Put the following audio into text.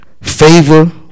favor